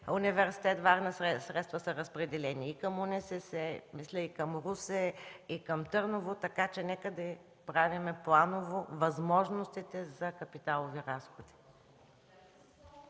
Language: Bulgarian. университет във Варна. Средствата са разпределени и към УНСС, мисля, и към Русе, и към Търново, така че нека да правим планово възможностите за капиталови разходи.